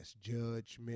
judgment